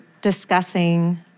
discussing